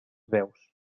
veus